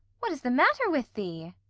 what is the matter with thee?